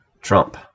Trump